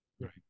right